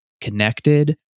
connected